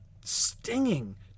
stinging